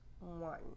one